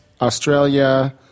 Australia